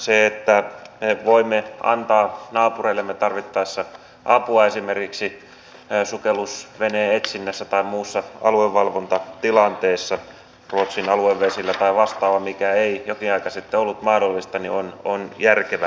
se että me voimme antaa naapureillemme tarvittaessa apua esimerkiksi sukellusveneen etsinnässä tai muussa aluevalvontatilanteessa ruotsin aluevesillä tai vastaavaa mikä ei jokin aika sitten ollut mahdollista on järkevä asia